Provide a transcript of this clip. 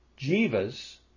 jivas